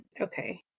okay